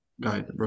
guide